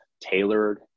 tailored